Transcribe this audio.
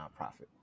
nonprofit